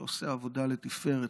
שעושה עבודה לתפארת,